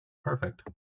perfect